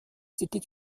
c’était